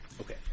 Okay